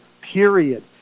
Period